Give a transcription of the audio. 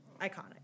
Iconic